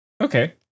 Okay